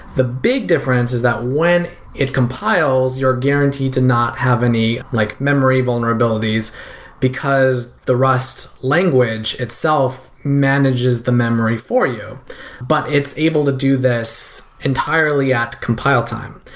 the big difference is that when it compiles, you're guaranteed to not have any like memory vulnerabilities because the rust language itself manages the memory for you but it's able to do this entirely at compile time.